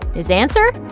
his answer?